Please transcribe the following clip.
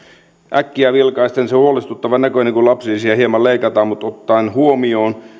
äkkiä vilkaisten huolestuttavan näköinen kun lapsilisiä hieman leikataan mutta ottaen huomioon